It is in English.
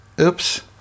oops